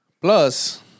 Plus